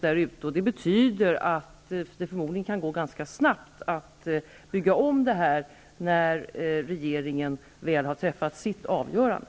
Det betyder att det förmodligen kan gå ganska snabbt att bygga om när regeringen väl har träffat sitt avgörande.